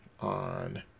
on